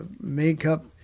makeup